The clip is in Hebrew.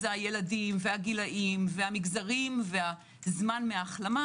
הילדים והגילאים והמגזרים והזמן מהמחלה,